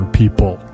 people